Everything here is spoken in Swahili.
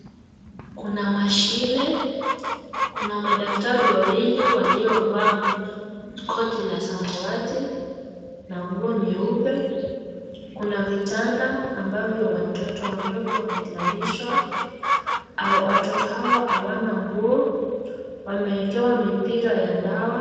Kuna mashine, kuna madaktari wawili waliovaa koti la samawati na nguo nyeupe, kuna vitanda ambavyo watoto wadogo wamelalishwa, watoto hawa hawana nguo, wameekewa mipira ya dawa.